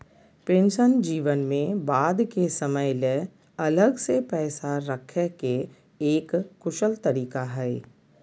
pension जीवन में बाद के समय ले अलग से पैसा रखे के एक कुशल तरीका हय